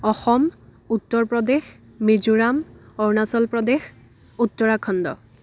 Assam Uttar Pradesh Mizoram Arunachal Pradesh Uttarakhand